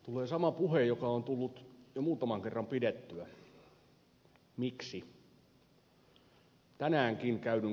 tulee sama puhe joka on tullut jo muutaman kerran pidettyä